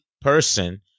person